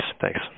Thanks